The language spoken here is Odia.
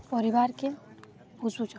ପରିବାରକେ ବୁଝୁଛନ୍